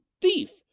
thief